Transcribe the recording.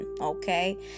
okay